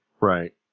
right